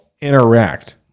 interact